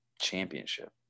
championship